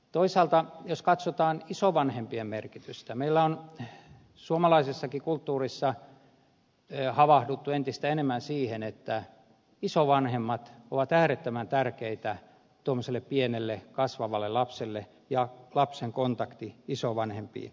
toisaalta jos katsotaan isovanhempien merkitystä meillä on suomalaisessakin kulttuurissa havahduttu entistä enemmän siihen että isovanhemmat ovat äärettömän tärkeitä tuommoiselle pienelle kasvavalle lapselle ja lapsen kontakti isovanhempiin on tärkeä